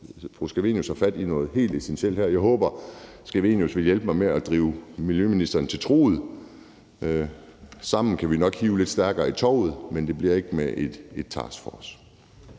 Scavenius har fat i noget helt essentielt her. Jeg håber, at fru Theresa Scavenius vil hjælpe mig med at drive miljøministeren til truget, for sammen kan vi nok hive lidt stærkere i tovet. Men det bliver ikke med en taskforce.